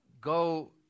go